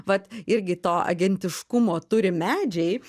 vat irgi to agentiškumo turi medžiai